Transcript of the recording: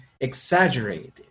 exaggerated